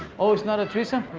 oh, it's not a threesome?